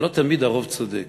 שלא תמיד הרוב צודק,